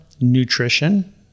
nutrition